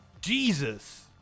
Jesus